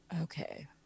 okay